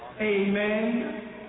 Amen